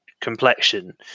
complexion